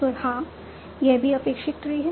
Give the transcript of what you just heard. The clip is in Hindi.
तो हाँ यह भी अपेक्षित ट्री है